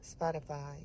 Spotify